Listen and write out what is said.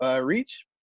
reach